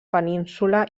península